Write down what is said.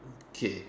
K